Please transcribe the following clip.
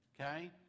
Okay